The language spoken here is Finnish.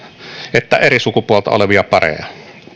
että eri sukupuolta olevia pareja